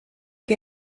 que